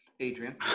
Adrian